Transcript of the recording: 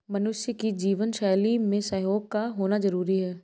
मनुष्य की जीवन शैली में सहयोग का होना जरुरी है